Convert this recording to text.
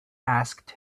asked